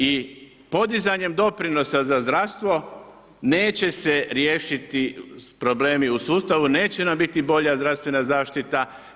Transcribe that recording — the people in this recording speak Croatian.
I podizanje doprinosa za zdravstvo neće se riješiti problemi u sustavu, neće nam biti bolja zdravstvena zaštita.